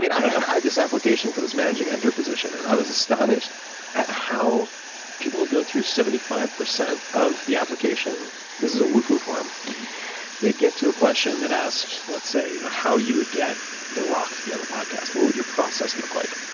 i had this application for this managing editor position and i was astonished at how people would go through seventy five percent of the application this is a wufoo form they'd get to a question that asked, let's say, you know how you would get the rock to be on the podcast. what would your process look like.